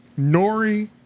Nori